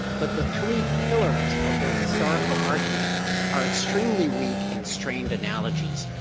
but the three pillars of their historical argument are extremely weak and strained analogies.